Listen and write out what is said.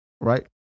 right